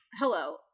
hello